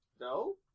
No